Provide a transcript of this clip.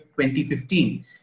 2015